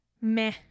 meh